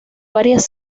varias